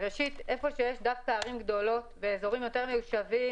ראשית, איפה שיש ערים גדולות ואזורים יותר מיושבים